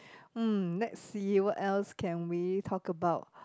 mm let's see what else can we talk about